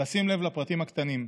לשים לב לפרטים הקטנים.